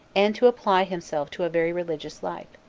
and to apply himself to a very religious life.